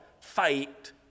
fight